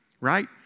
right